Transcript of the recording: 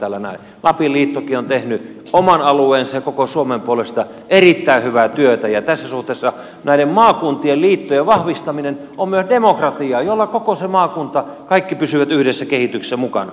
lapin liittokin on tehnyt oman alueensa ja koko suomen puolesta erittäin hyvää työtä ja tässä suhteessa näiden maakuntien liittojen vahvistaminen on myös demokratiaa jolla koko se maakunta kaikki pysyvät yhdessä kehityksessä mukana